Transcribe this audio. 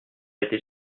été